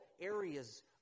areas